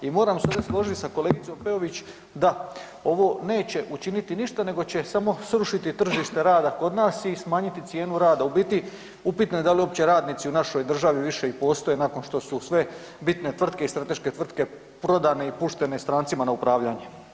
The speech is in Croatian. I moram se ovdje složiti sa kolegicom Peović, da, ovo neće učiniti ništa nego će samo srušiti tržište rada kod nas i smanjiti cijenu rada, u biti, upitno da li uopće radnici u našoj državi više i postoje nakon što su sve bitne tvrtke i strateške tvrtke prodane i puštene strancima na upravljanje.